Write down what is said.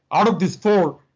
out of these four,